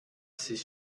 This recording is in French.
s’est